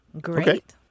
Great